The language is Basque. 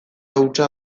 hutsa